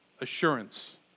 assurance